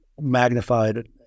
magnified